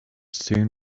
soon